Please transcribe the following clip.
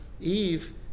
Eve